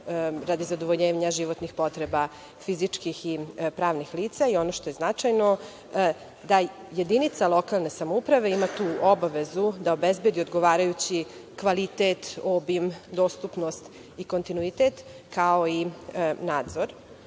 radi zadovoljenje životnih potreba fizičkih i pravnih lica. Ono što je značajno da jedinica lokalne samouprave ima tu obavezu da obezbedi odgovarajući kvalitet, obim, dostupnost i kontinuitet, kao i nadzor. Osnovni